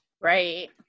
Right